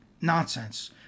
nonsense